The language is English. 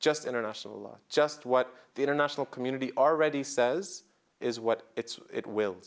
just international law just what the international community already says is what it's it will